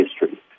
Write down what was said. history